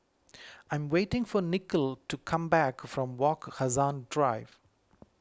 I am waiting for Nicole to come back from Wak Hassan Drive